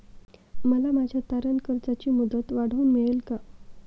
मला माझ्या तारण कर्जाची मुदत वाढवून मिळेल का?